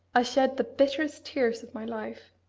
i shed the bitterest tears of my life.